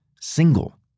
single